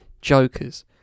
jokers